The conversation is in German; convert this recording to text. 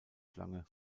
schlange